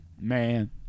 Man